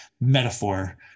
metaphor